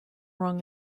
wrong